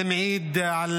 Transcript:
זה מעיד על